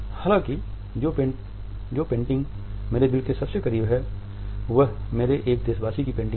हालाँकि जो पेंटिंग मेरे दिल के सबसे करीब है वह मेरे एक देशवासी की पेंटिंग है